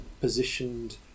positioned